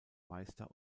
meister